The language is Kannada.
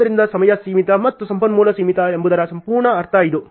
ಆದ್ದರಿಂದ ಸಮಯ ಸೀಮಿತ ಮತ್ತು ಸಂಪನ್ಮೂಲ ಸೀಮಿತ ಎಂಬುದರ ಸಂಪೂರ್ಣ ಅರ್ಥ ಇದು